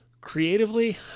Creatively